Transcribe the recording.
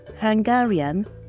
Hungarian